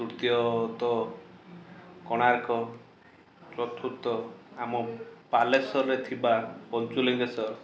ତୃତୀୟତଃ କୋଣାର୍କ ଚତୁର୍ଥ ଆମ ବାଲେଶ୍ଵରରେ ଥିବା ପଞ୍ଚଲିଙ୍ଗେଶ୍ୱର